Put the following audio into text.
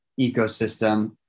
ecosystem